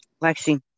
Lexi